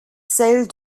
celle